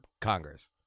Congress